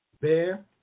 bear